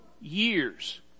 years